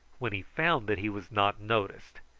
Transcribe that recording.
when he found that he was not noticed,